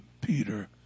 Peter